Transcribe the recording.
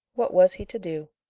what was he to do?